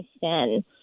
sin